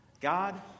God